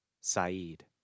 saeed